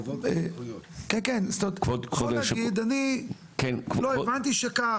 הוא יכול להגיד אני לא הבנתי שכך,